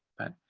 but,